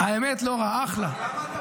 האמת, לא רע, אחלה.